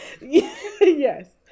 Yes